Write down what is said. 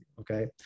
Okay